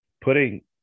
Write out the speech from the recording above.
putting